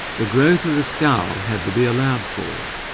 the growth of the skull had to be allowed for.